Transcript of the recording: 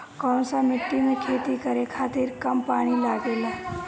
कौन सा मिट्टी में खेती करे खातिर कम पानी लागेला?